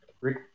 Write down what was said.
Rick